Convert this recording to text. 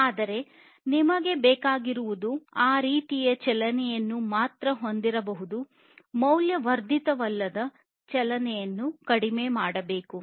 ಆದರೆ ನಿಮಗೆ ಬೇಕಾಗಿರುವುದು ಆ ರೀತಿಯ ಚಲನೆಯನ್ನು ಮಾತ್ರ ಮೌಲ್ಯವರ್ಧಿತವಲ್ಲದ ಚಲನೆಯನ್ನು ಕಡಿಮೆ ಮಾಡಬೇಕು